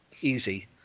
easy